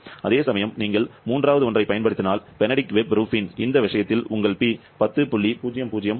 அதேசமயம் நீங்கள் மூன்றாவது ஒன்றைப் பயன்படுத்தினால் பெனடிக்ட் வெப் ரூபின் இந்த விஷயத்தில் உங்கள் P 10